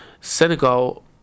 Senegal